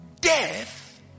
death